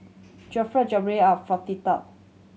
Jalebi of Fritada